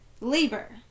labor